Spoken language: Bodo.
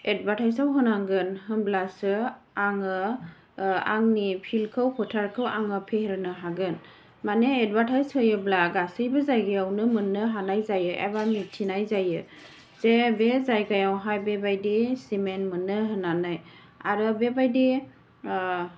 एदभार्टाइसाव होनांगोन होनब्लासो आङो आंनि फिल्डखौ फोथारखौ आङो फेहेरनो हागोन माने एदबार्टाइस होयोब्ला गासैबो जायगायावनो मोननो हानाय जायो एबा मिथिनाय जायो जे बे जायगायावहाय बेबायदि सिमेन्ट मोनो होननानै आरो बेबायदि